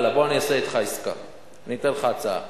הנה, יש לך אחד.